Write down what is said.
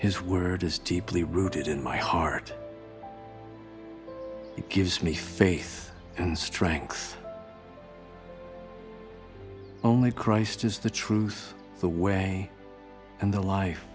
his word is deeply rooted in my heart it gives me faith and strength only christ is the truth the way and the life